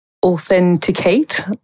authenticate